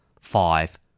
five